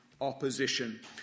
opposition